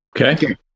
Okay